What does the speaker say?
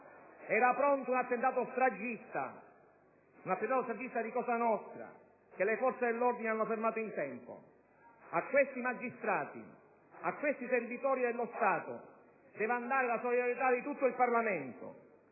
dal Gruppo PdL)* era pronto un attentato stragista di Cosa nostra, che le forze dell'ordine hanno fermato in tempo. A questi magistrati, a questi servitori dello Stato deve andare la solidarietà di tutto il Parlamento,